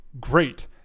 great